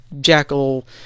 jackal